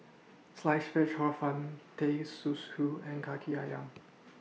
Sliced Fish Hor Fun Teh Susu and Kaki Ayam